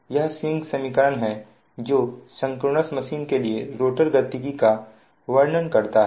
यह स्विंग समीकरण है जो सिंक्रोनस मशीन के लिए रोटर गतिकी का वर्णन करता है